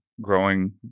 growing